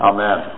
Amen